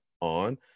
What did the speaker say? on